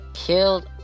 Killed